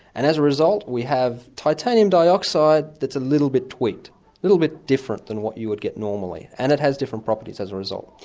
and as a result, we have titanium dioxide that's a little bit tweaked. a little bit different from what you would get normally and it has different properties as a result.